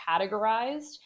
categorized